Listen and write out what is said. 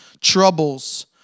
Troubles